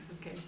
okay